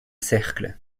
cercle